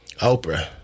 Oprah